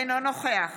אינו נוכח